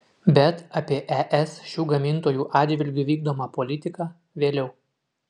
bet apie es šių gamintojų atžvilgiu vykdomą politiką vėliau